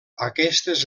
aquestes